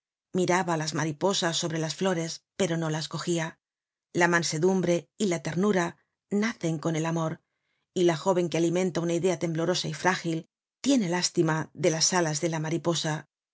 miraba las mariposas sobre las flores pero no las cogia la mansedumbre y la ternura nacen con el amor y la jóven que alimenta una idea temblorosa y frágil tiene lástima de las alas de la mariposa